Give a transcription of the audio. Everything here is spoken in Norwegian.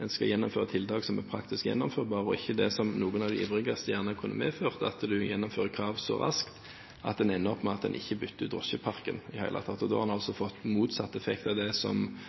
en skal gjennomføre tiltak som er praktisk gjennomførbare, og ikke så raskt, som noen av de ivrigste gjerne ville, for det å gjennomføre krav raskt kunne medført at en ender opp med at en ikke bytter ut drosjeparken i det hele tatt. Da hadde en altså fått motsatt effekt av det en ønsker, og det er nok den diskusjonen som